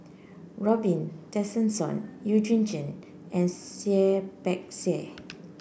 Robin Tessensohn Eugene Chen and Seah Peck Seah